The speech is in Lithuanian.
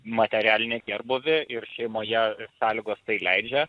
materialinį gerbūvį ir šeimoje sąlygos tai leidžia